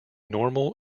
normal